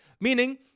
Meaning